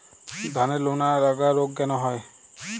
ধানের লোনা লাগা রোগ কেন হয়?